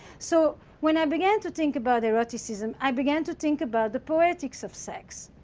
so when i began to think about eroticism, i began to think about the poetics of sex.